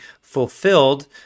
fulfilled